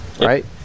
right